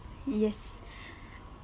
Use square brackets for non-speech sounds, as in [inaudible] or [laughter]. yes [breath]